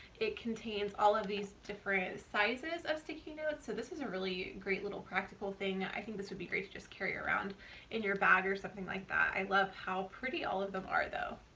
it contains all of these different sizes of sticky notes. so this is a really great little practical thing. i think this would be great to just carry around in your bag or something like that. i love how pretty all of them are though.